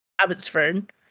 Abbotsford